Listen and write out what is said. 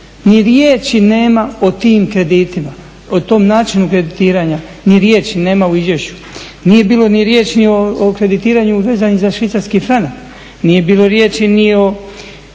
ni riječi nema o tim kreditima, o tom načinu kreditiranja. Ni riječi nema u izvješću. Nije bilo ni riječi ni o kreditiranju vezanim za švicarski franak, nije bilo riječi ni o